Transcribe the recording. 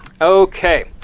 Okay